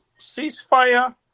ceasefire